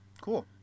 Cool